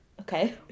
Okay